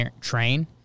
train